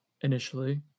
initially